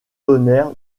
tonnerre